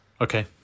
Okay